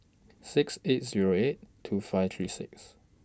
six eight Zero eight two five three six